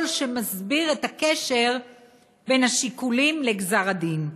שמסביר את הקשר בין השיקולים לגזר הדין.